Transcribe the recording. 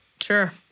Sure